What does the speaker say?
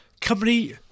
company